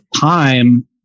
time